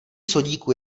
sodíku